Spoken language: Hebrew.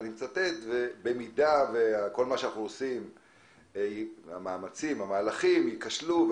ואני מצטט: במידה שכל המהלכים והמאמצים שאנחנו עושים ייכשלו,